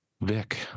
Vic